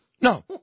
No